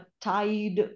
tied